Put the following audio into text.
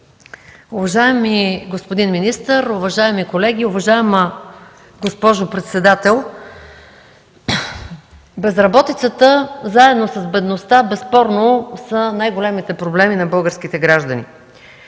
Уважаеми господин министър, уважаеми колеги, уважаема госпожо председател! Безработицата заедно с бедността безспорно са най-големите проблеми на българските граждани.